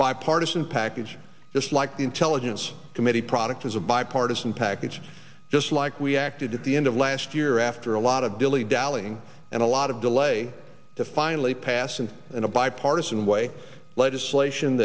bipartisan package just like the intelligence committee product is a bipartisan package just like we acted at the end of last year after a lot of dilly dallying and a lot of delay to finally pass and in a bipartisan way legislation